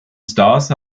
stars